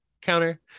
counter